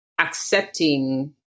accepting